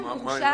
רגע, לא הבנתי.